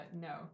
no